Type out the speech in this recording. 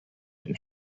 and